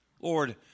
Lord